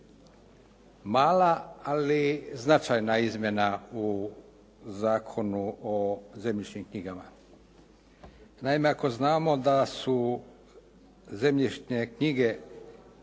Mala, ali značajna izmjena u Zakonu o zemljišnim knjigama. Naime, ako znamo da su zemljišne knjige